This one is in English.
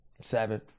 seven